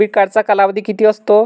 Debit कार्डचा कालावधी किती असतो?